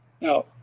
Now